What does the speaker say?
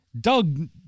Doug